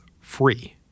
free